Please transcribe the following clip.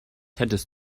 hättest